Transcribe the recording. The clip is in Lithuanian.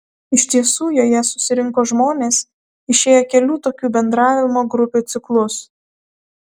iš tiesų joje susirinko žmonės išėję kelių tokių bendravimo grupių ciklus